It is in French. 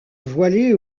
voilée